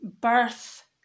birth